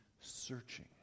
searching